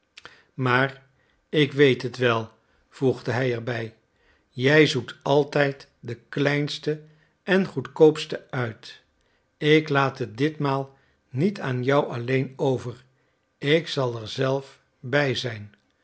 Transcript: maar ik weet het wel voegde hij er bij jij zoekt altijd de kleinste en goedkoopste uit ik laat het ditmaal niet aan jou alleen over ik zal er zelf bij zijn